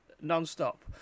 non-stop